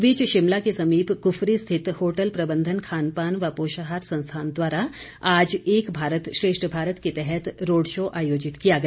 इस बीच शिमला के समीप कुफरी स्थित होटल प्रबंधन खान पान व पोषाहार संस्थान द्वारा आज एक भारत श्रेष्ठ भारत के तहत रोड शो आयोजित किया गया